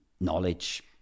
knowledge